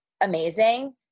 amazing